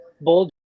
bold